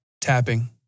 Tapping